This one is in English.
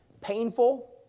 Painful